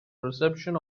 reception